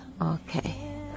Okay